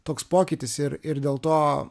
toks pokytis ir ir dėl to